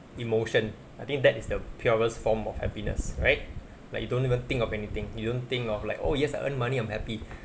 emotion I think that is the purest form of happiness right like you don't even think of anything you don't think of like oh yes I earn money I'm happy